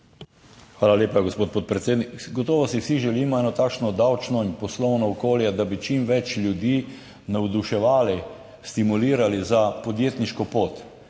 Hvala lepa gospod podpredsednik! Gotovo si vsi želimo eno takšno davčno in poslovno okolje, da bi čim več ljudi navduševali, stimulirali za podjetniško pot.